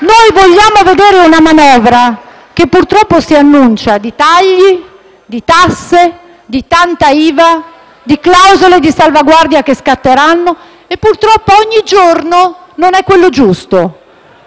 Vogliamo vedere una manovra che purtroppo si annuncia di tagli, di tasse, di tanta IVA e di clausole di salvaguardia che scatteranno e purtroppo ogni giorno non è quello giusto.